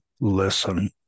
listen